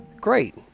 Great